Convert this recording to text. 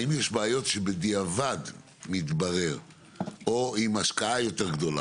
האם יש בעיות שבדיעבד מתברר או עם השקעה יותר גדולה